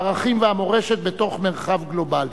הערכים והמורשת בתוך מרחב גלובלי,